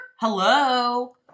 Hello